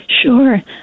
sure